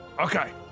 Okay